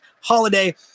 holiday